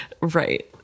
Right